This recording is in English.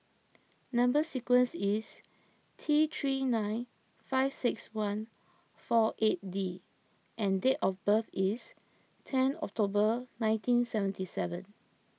Number Sequence is T three nine five six one four eight D and date of birth is ten October nineteen seventy seven